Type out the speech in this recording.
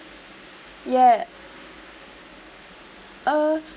ya uh